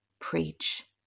preach